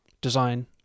design